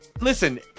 Listen